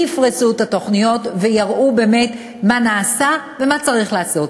יפרסו את התוכניות ויראו באמת מה נעשה ומה צריך לעשות.